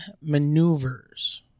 maneuvers